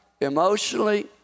emotionally